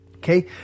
Okay